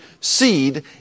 seed